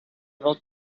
able